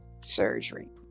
surgery